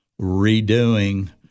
redoing